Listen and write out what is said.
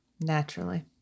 Naturally